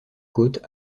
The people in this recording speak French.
côte